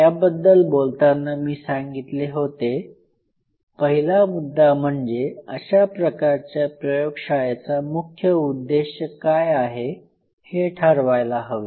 त्याबद्दल बोलतांना मी सांगितले होते पहिला मुद्दा म्हणजे अशा प्रकारच्या प्रयोगशाळेचा मुख्य उद्देश काय आहे हे ठरवायला हवे